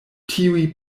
tiuj